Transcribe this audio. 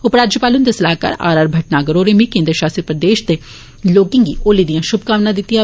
उप राज्यपाल हुन्दे सलाहकार आर आर भट्टनागर होरें बी केन्द्र शासित प्रदेश दे लोकें गी होली दियां शुभकामना दित्तिया न